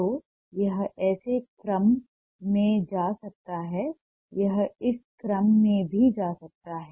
तो यह इस क्रम में जा सकता है यह इस क्रम में भी जा सकता है